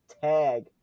Tag